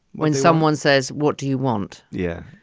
when someone says, what do you want? yeah.